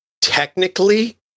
technically